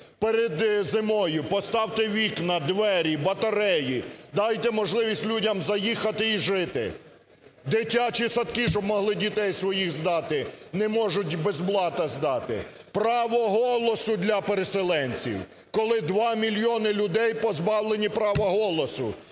Перед зимою поставте вікна, двері, батареї, дайте можливість людям заїхати і жити. Дитячі садки, щоб могли дітей своїх здати. Не можуть без блата здати. Право голосу для переселенців. Коли 2 мільйона людей позбавлені права голосу.